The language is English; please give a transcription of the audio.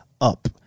up